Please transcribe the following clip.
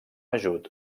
ajut